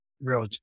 real